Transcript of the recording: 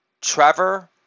Trevor